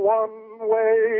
one-way